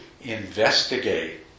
investigate